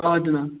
آ جناب